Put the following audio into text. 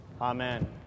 Amen